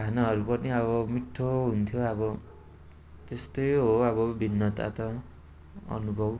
खानाहरूको पनि अब मिठो हुन्थ्यो अब त्यस्तै हो अब भिन्नता त अनुभव